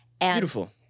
Beautiful